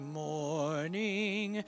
morning